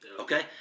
Okay